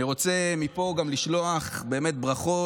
אני רוצה מפה גם לשלוח ברכות